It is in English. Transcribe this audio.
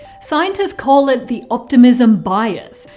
scientists call it the optimism bias.